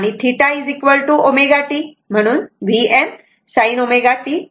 आणि θ ω t म्हणून हे Vm sin ω t आहे